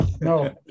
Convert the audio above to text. No